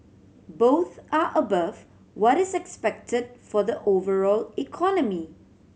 both are above what is expected for the overall economy